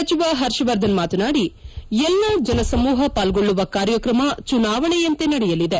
ಸಚಿವ ಪರ್ಷವರ್ಧನ್ ಮಾತನಾಡಿ ಎಲ್ಲ ಜನಸಮೂಪ ಪಾಲ್ಗೊಳ್ಳುವ ಕಾರ್ಯಕ್ರಮ ಚುನಾವಣೆಯಂತೆ ನಡೆಯಲಿದೆ